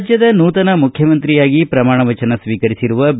ರಾಜ್ಯದ ನೂತನ ಮುಖ್ಯಮಂತ್ರಿಯಾಗಿ ಪ್ರಮಾನವಚನ ಸ್ವೀಕರಿಸಿರುವ ಬಿ